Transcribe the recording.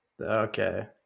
Okay